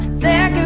that